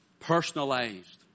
personalized